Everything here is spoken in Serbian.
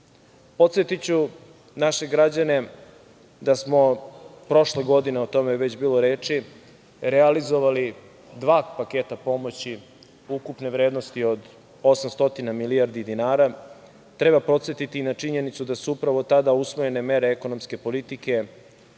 pristup. Podsetiću naše građane da smo prošle godine, o tome je već bilo reč, realizovali dva paketa pomoći ukupne vrednosti od 800 milijardi dinara. Treba podsetiti i na činjenicu da su upravo tada usvojene mere ekonomske politike